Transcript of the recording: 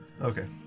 Okay